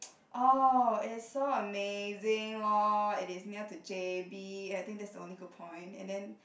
oh it's so amazing lor it is near to J_B I think that's the only good point and then